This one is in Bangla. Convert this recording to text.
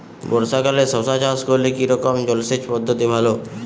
বর্ষাকালে শশা চাষ করলে কি রকম জলসেচ পদ্ধতি ভালো?